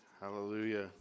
Hallelujah